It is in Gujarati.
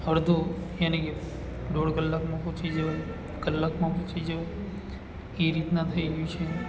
અડધો યાની કે દોઢ કલાકમાં પહોંચી જવાય કલાકમાં પહોંચી જવાય એ રીતના થઈ ગયું છે